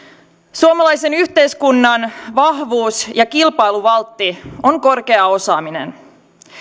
suomalaisen yhteiskunnan vahvuus ja kilpailuvaltti on korkea osaaminen